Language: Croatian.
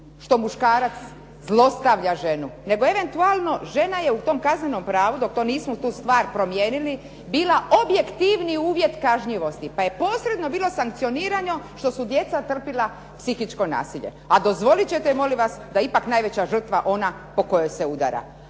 što muškarac zlostavlja ženu, nego eventualno žena je u tom kaznenom pravu, dok to nismo tu stvar promijenili bila objektivni uvjet kažnjivosti, pa je posebno bilo sankcionirano što su djeca trpjela psihičko nasilje. A dozvoliti ćete molim vas da je ipak najveća žrtva ona po kojoj se udara.